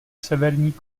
severní